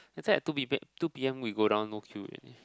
later at two people two P_M we go down no queue already